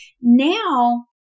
now